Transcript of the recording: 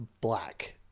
Black